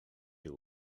jego